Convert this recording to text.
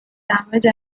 damage